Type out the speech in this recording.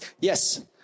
Yes